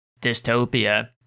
dystopia